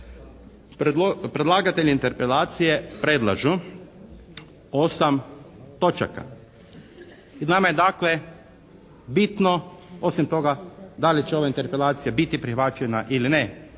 predlagatelji interpelacije predlažu 8 točaka i nama je dakle bitno osim toga da li će ova interpelacija biti prihvaćena ili ne